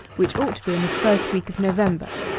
which ought to be in the first week of november.